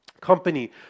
company